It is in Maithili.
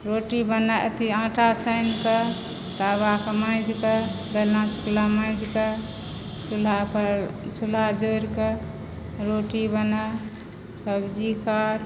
रोटी बने अथी आटा सानिके तबकऽ माँजिके बेलना चकला माँजिके चूल्हा पर चूल्हा जोड़िकऽ रोटी बना सब्जी काट